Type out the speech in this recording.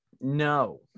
No